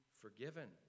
forgiven